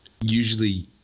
usually